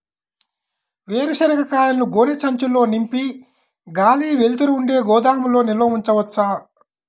వేరుశనగ కాయలను గోనె సంచుల్లో నింపి గాలి, వెలుతురు ఉండే గోదాముల్లో నిల్వ ఉంచవచ్చా?